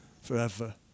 forever